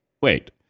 wait